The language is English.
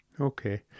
Okay